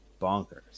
Bonkers